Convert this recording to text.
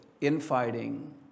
infighting